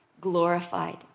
glorified